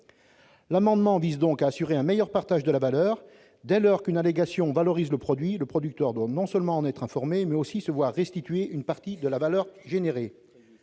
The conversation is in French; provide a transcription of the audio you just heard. L'amendement vise donc à assurer un meilleur partage de la valeur : dès lors qu'une allégation valorise le produit, le producteur doit non seulement en être informé, mais aussi se voir restituer une partie de la valeur générée.